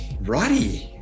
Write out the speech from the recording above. righty